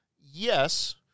Yes